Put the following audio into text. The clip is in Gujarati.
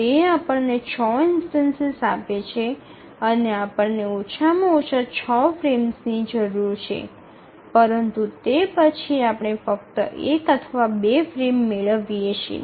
તે આપણને ૬ ઇન્સ્ટનસિસ આપે છે અને આપણને ઓછામાં ઓછા ૬ ફ્રેમ્સની જરૂર છે પરંતુ તે પછી આપણે ફક્ત ૧ અથવા ૨ ફ્રેમ મેળવીએ છીએ